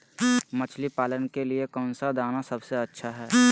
मछली पालन के लिए कौन दाना सबसे अच्छा है?